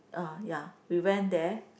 uh ya we went there